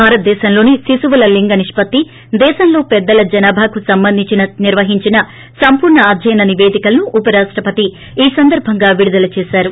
భారతదేశంలోని శిశువుల లింగ నిష్పత్తి దేశంలో పెద్దల జనాభాకు సంబంధించి నిర్వహించిన సంపూర్ణ అధ్యయన నిపేదికలను ఉపరాష్టపతి ఈ సందర్భంగా విడుదల చేశారు